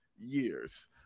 years